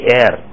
air